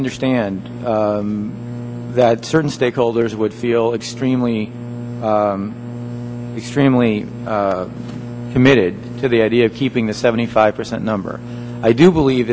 understand that certain stakeholders would feel extremely extremely committed to the idea of keeping the seventy five percent number i do believe